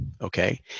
okay